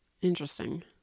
Interesting